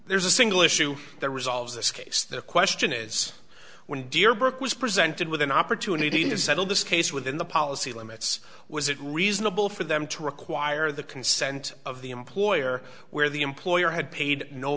there's a single issue the result of this case the question is when deerbrook was presented with an opportunity to settle this case within the policy limits was it reasonable for them to require the consent of the employer where the employer had paid no